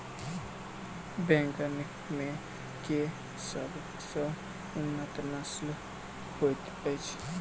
बैंगन मे केँ सबसँ उन्नत नस्ल होइत अछि?